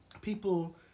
people